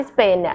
Spain